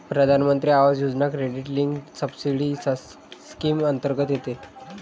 प्रधानमंत्री आवास योजना क्रेडिट लिंक्ड सबसिडी स्कीम अंतर्गत येते